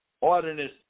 ordinance